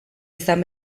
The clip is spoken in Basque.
izan